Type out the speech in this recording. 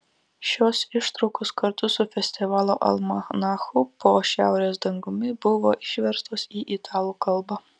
šios ištraukos kartu su festivalio almanachu po šiaurės dangumi buvo išverstos į italų kalbą